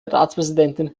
ratspräsidentin